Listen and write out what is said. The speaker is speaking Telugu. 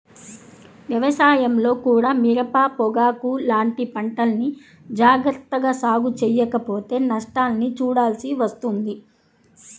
వ్యవసాయంలో కూడా మిరప, పొగాకు లాంటి పంటల్ని జాగర్తగా సాగు చెయ్యకపోతే నష్టాల్ని చూడాల్సి వస్తుంది